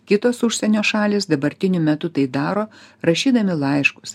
kitos užsienio šalys dabartiniu metu tai daro rašydami laiškus